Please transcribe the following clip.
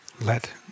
Let